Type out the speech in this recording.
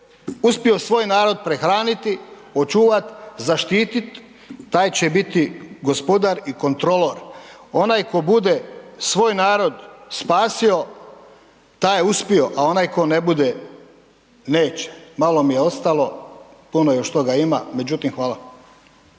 uspio svoj narod prehraniti, očuvati, zaštititi taj će biti gospodar i kontrolor. Onaj tko bude svoj narod spasio taj je uspio, a onaj tko ne bude neće. Malo mi je ostalo, puno još toga ima. Međutim, hvala.